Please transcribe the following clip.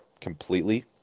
completely